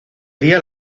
día